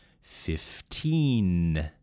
fifteen